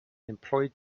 employed